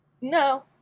No